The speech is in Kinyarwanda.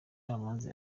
umucamanza